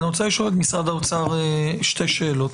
אבל אני רוצה לשאול את משרד האוצר שתי שאלות,